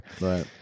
Right